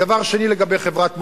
ודבר שני, לגבי חברת מופת.